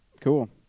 Cool